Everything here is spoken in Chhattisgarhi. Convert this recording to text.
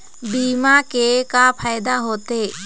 बीमा के का फायदा होते?